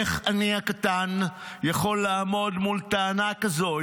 איך אני הקטן יכול לעמוד מול טענה כזאת,